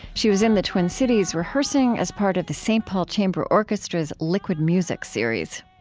she was in the twin cities, rehearsing, as part of the saint paul chamber orchestra's liquid music series